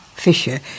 Fisher